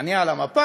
אני על המפה.